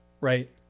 right